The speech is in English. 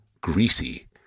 greasy